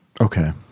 Okay